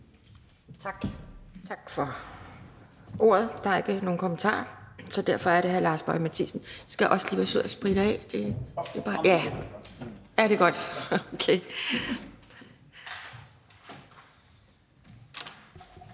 Tak for det. Der er ikke nogen kommentarer, så derfor er det hr. Lars Boje Mathiesen. Og man skal også lige være sød at spritte af. Det er godt.